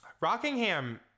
Rockingham